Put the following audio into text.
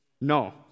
No